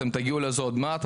אתם תגיעו לזה עוד מעט,